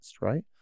Right